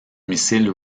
missile